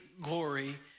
glory